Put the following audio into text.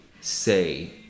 say